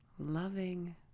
loving